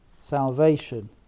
Salvation